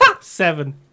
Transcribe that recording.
Seven